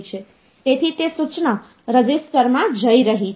તેથી તે સૂચના રજિસ્ટરમાં જઈ રહી છે